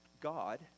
God